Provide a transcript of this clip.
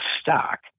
stock